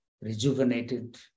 rejuvenated